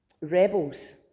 rebels